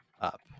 up